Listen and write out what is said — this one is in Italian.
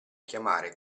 chiamare